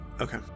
Okay